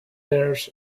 nerves